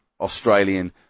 Australian